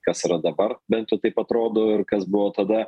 kas yra dabar bent jau taip atrodo ir kas buvo tada